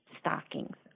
stockings